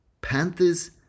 Panthers